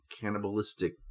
cannibalistic